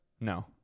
No